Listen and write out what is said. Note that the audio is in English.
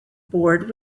board